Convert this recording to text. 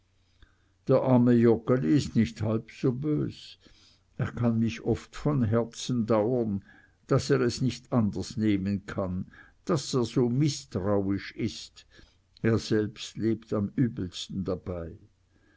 der arme joggeli ist nicht halb so bös er kann mich oft von herzen dauern daß er es nicht anders nehmen kann daß er so mißtrauisch ist er lebt selbst am übelsten dabei